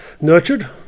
nurtured